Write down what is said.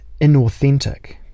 inauthentic